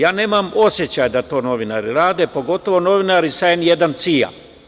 Ja nemam osećaja da to novinari rade, pogotovo novinari sa „N1“ CIA.